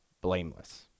blameless